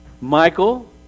Michael